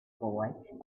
boy